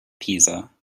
pisa